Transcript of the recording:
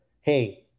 hey